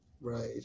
right